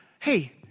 hey